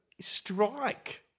strike